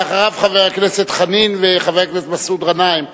אחריו, חבר הכנסת חנין וחבר הכנסת מסעוד גנאים.